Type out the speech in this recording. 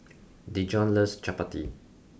Dejon loves Chapati